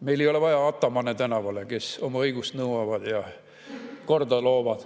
Meil ei ole vaja tänavale atamane, kes oma õigust nõuavad ja korda loovad.